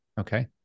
Okay